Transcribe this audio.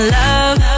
love